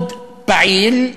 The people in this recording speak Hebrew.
מאוד פעיל.